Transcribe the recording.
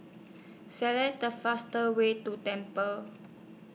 Select The fastest Way to Temple